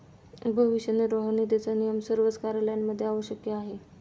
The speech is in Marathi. भविष्य निर्वाह निधीचा नियम सर्वच कार्यालयांमध्ये आवश्यक आहे